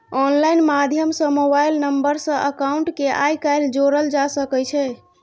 online माध्यम सँ mobile number सँ अकाउंट केँ आइ काल्हि जोरल जा सकै छै